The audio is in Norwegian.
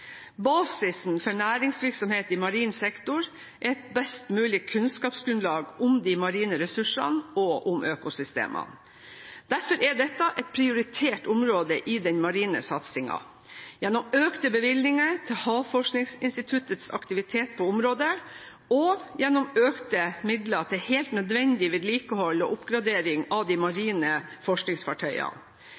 Basisen for næringsvirksomhet i marin sektor er et best mulig kunnskapsgrunnlag om de marine ressursene og om økosystemet. Derfor er dette et prioritert område i den marine satsingen, gjennom økte bevilgninger til Havforskningsinstituttets aktivitet på området og gjennom økte midler til helt nødvendig vedlikehold og oppgradering av de marine forskningsfartøyene.